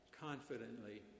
confidently